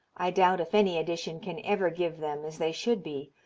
i doubt if any edition can ever give them as they should be,